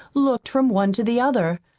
looked from one to the other.